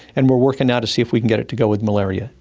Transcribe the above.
and we are working now to see if we can get it to go with malaria.